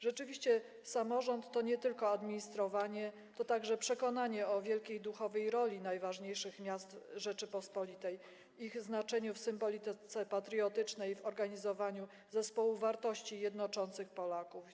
Rzeczywiście samorząd to nie tylko administrowanie, to także przekonanie o wielkiej duchowej roli najważniejszych miast Rzeczypospolitej, o ich znaczeniu w symbolice patriotycznej, w organizowaniu zespołu wartości jednoczących Polaków.